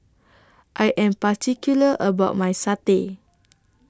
I Am particular about My Satay